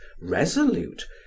resolute